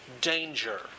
danger